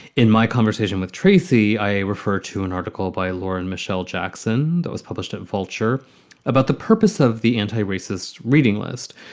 in my conversation with tracy. i refer to an article by lauren michel jackson that was published in vulture about the purpose of the anti-racist reading list,